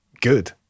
good